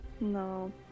No